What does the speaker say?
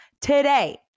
Today